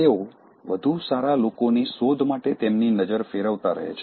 તેઓ વધુ સારા લોકોની શોધ માટે તેમની નજર ફેરવતા રહે છે